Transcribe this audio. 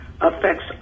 affects